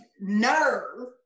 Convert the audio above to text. nerve